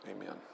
amen